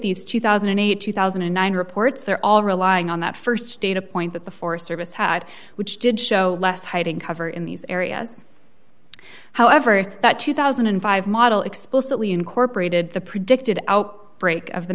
million eighty two thousand and nine reports they're all relying on that st data point that the forest service had which did show less hiding cover in these areas however that two thousand and five model explicitly incorporated the predicted out break of the